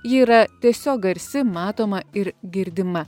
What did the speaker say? ji yra tiesiog garsi matoma ir girdima